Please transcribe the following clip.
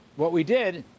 what we did,